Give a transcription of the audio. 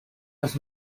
nos